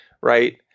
right